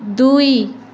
ଦୁଇ